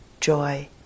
joy